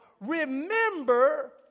remember